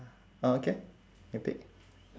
uh okay you pick